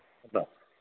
കേട്ടോ